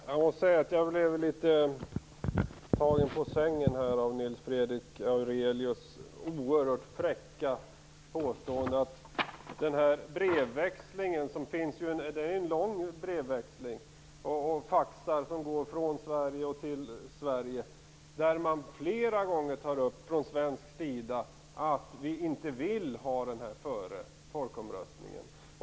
Herr talman! Jag blev tagen på sängen av Nils Fredrik Aurelius oerhört fräcka påståenden när det gäller brevväxlingen. Det går faxmeddelanden till och från Sverige där man från svensk sida flera gånger tar upp att vi inte vill få rapporten publicerad före folkomröstningen.